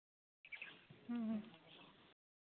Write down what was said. ᱦᱮᱸ